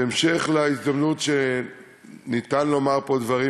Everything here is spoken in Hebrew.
בהמשך להזדמנות שניתן לומר פה דברים,